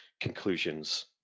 conclusions